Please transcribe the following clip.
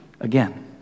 again